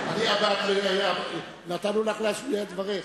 היום אני בקואליציה, אני לא יכול להסכים אתך.